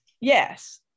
Yes